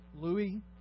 Louis